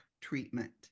treatment